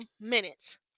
minutes